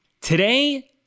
Today